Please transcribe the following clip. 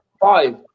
Five